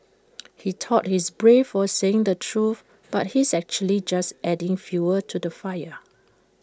he thought he's brave for saying the truth but he's actually just adding fuel to the fire